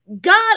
god